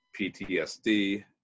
PTSD